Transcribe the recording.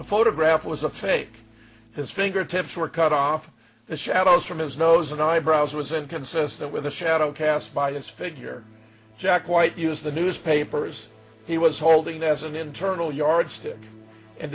the photograph was a fake his fingertips were cut off the shadows from his nose and eyebrows was inconsistent with a shadow cast by his figure jack white use the newspapers he was holding as an internal yardstick and